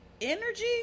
energy